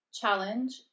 challenge